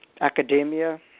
academia